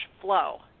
flow